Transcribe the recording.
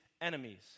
enemies